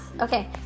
Okay